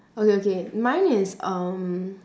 okay okay mine is um